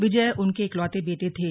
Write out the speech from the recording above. विजय उनके इकलौते बेटे थे